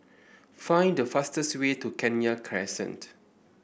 find the fastest way to Kenya Crescent